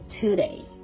today